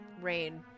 Rain